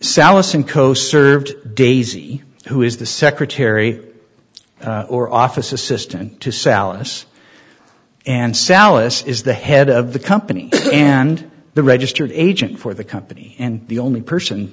sallis and co served daisy who is the secretary or office assistant to sell us and sallis is the head of the company and the registered agent for the company and the only person